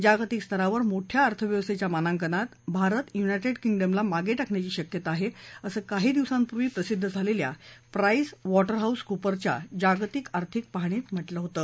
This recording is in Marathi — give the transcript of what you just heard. जागतिक स्तरावर मोठ्या अर्थव्यवस्थेच्या मानांकनात भारत युनायटेड किंगडमला मागे टाकण्याची शक्यता आहे असं काही दिवसांपूर्वी प्रसिद्ध झालेल्या प्राईसवॉटरहाऊसकुपरच्या जागतिक आर्थिक पाहणीत म्हटलं होतं